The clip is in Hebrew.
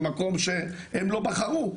במקום שהם לא בחרו,